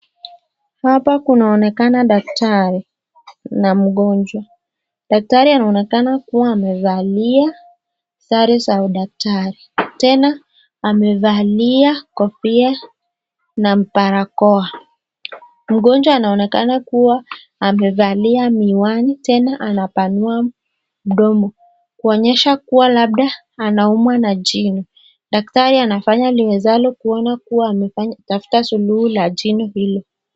Hapa kunaonekana daktari na mgonjwa. Daktari anaonekana kuwa amevalia sare za udaktari tena amevalia kofia na barakoa. Mgonjwa anaonekana kuwa amevalia miwani tena anapanua mdomo kuonyesha kuwa labda anaumwa na jino. Daktari anafanya aliwezalo kuona kuwa ametafuta suluhu la jino hili.